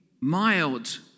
Mild